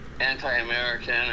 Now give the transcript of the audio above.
anti-American